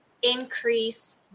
increase